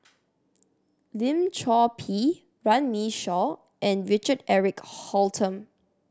Lim Chor Pee Runme Shaw and Richard Eric Holttum